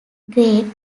grade